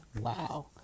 wow